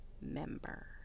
member